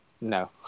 No